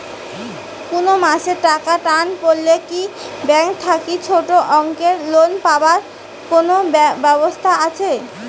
কুনো মাসে টাকার টান পড়লে কি ব্যাংক থাকি ছোটো অঙ্কের লোন পাবার কুনো ব্যাবস্থা আছে?